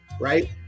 right